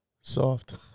Soft